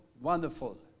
wonderful